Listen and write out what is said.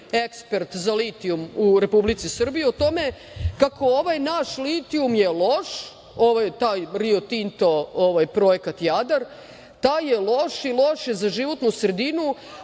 ekspert za litijum u Republici Srbiji o tome kako ovaj naš litijum je loš, taj Rio Tinto, projekat Jadar, taj je loš i loš je za životnu sredinu,